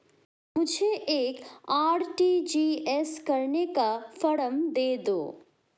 मुझे एक आर.टी.जी.एस करने का फारम दे दो?